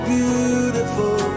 beautiful